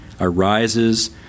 arises